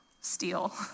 steal